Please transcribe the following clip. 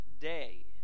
day